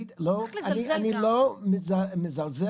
אני לא מזלזל,